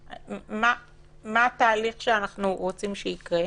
מה התהליך שאנחנו רוצים שיקרה?